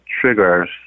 triggers